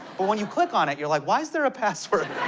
but when you click on it, you're like, why is there a password?